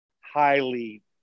highly